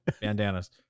bandanas